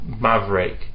maverick